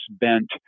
bent